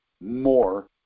more